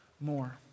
more